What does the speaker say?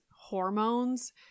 hormones